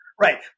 right